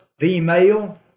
female